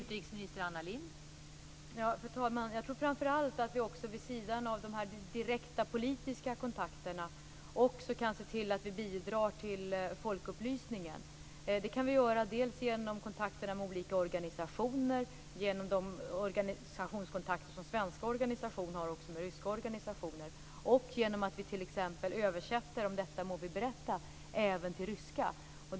Fru talman! Framför allt tror jag att vi vid sidan av de direkta politiska kontakterna också kan se till att vi bidrar till folkupplysning. Det kan vi göra genom kontakterna med olika organisationer, genom de organisationskontakter som svenska organisationer har med ryska organisationer och genom att vi t.ex. översätter Om detta må ni berätta även till ryska.